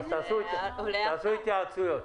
תתייעצו בינתיים.